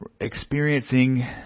experiencing